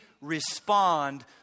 respond